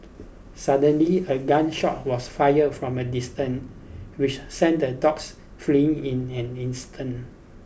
suddenly a gun shot was fired from a distance which sent the dogs fleeing in an instant